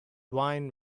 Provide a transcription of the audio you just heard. wine